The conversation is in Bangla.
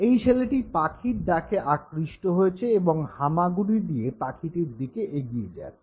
এই ছেলেটি পাখির ডাকে আকৃষ্ট হয়েছে এবং হামাগুড়ি দিয়ে পাখিটির দিকে এগিয়ে যাচ্ছে